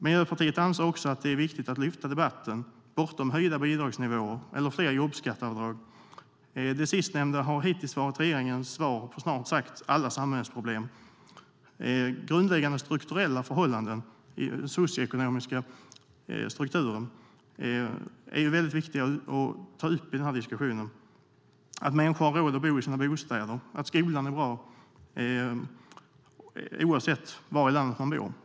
Miljöpartiet anser också att det är viktigt att lyfta debatten bortom höjda bidragsnivåer eller fler jobbskatteavdrag. Det sistnämnda har hittills varit regeringens svar på snart sagt alla samhällsproblem. Grundläggande strukturella förhållanden i den socioekonomiska strukturen är väldigt viktiga att ta upp i denna diskussion. Det handlar om att människor ska ha råd att bo i sina bostäder och att skolan är bra oavsett var i landet man bor.